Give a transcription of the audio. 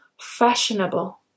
Fashionable